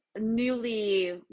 newly